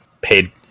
paid